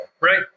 Right